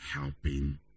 helping